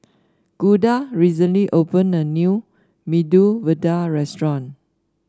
Gunda recently opened a new Medu Vada Restaurant